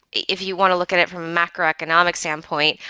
if you want to look at it from macroeconomic standpoint,